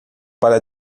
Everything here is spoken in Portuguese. para